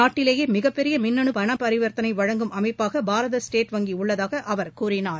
நாட்டிலேயே மிகப்பெரிய மின்னணு பரிவர்த்தனை வழங்கும் அமைப்பாக பாரத ஸ்டேட் வங்கி உள்ளதாக அவர் கூறினார்